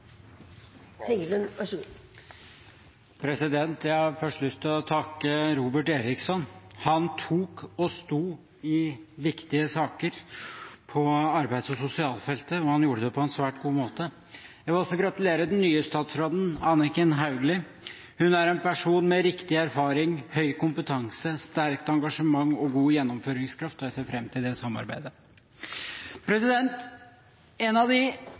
Jeg har først lyst til å takke Robert Eriksson. Han sto i viktige saker på arbeids- og sosialfeltet, og han gjorde det på en svært god måte. Jeg vil også gratulere den nye statsråden, Anniken Hauglie. Hun er en person med riktig erfaring, høy kompetanse, sterkt engasjement og god gjennomføringskraft – og jeg ser fram til samarbeidet. En av de